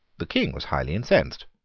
the king was highly incensed.